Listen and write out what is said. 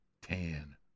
tan